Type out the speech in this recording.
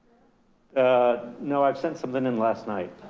ah no, i've sent something in last night.